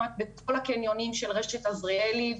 בכל הקניונים של רשת עזריאלי,